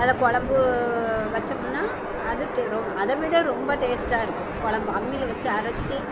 அதை கொழம்பு வைச்சமுன்னா அது அதை விட ரொம்ப டேஸ்ட்டாக இருக்கும் கொழம்பு அம்மியில் வச்சு அரைச்சி